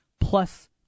plus